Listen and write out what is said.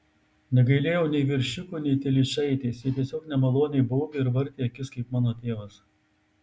negailėjau nei veršiuko nei telyčaitės jie tiesiog nemaloniai baubė ir vartė akis kaip mano tėvas